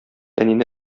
әнине